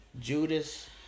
Judas